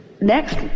Next